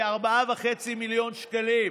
כ-4.5 מיליון שקלים.